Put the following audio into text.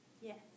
Yes